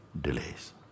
delays